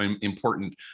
important